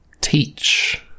teach